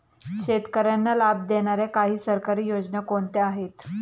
शेतकऱ्यांना लाभ देणाऱ्या काही सरकारी योजना कोणत्या आहेत?